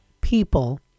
people